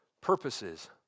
purposes